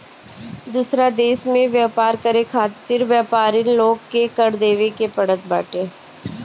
दूसरा देस में व्यापार करे खातिर व्यापरिन लोग के कर देवे के पड़त बाटे